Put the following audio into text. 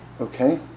Okay